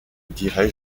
dirai